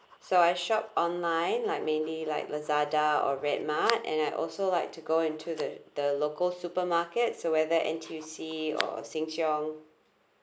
so I shop online like mainly like lazada or redmart and I also like to go into the the local supermarkets whether N_T_U_C or sheng shiong